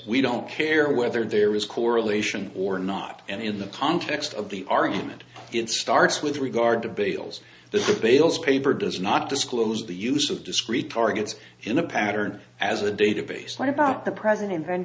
we don't care whether there is correlation or not and in the context of the argument it starts with regard to bales the bales paper does not disclose the use of discrete targets in a pattern as a data base line about the present